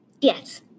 Yes